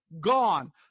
gone